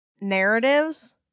narratives